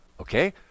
Okay